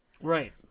Right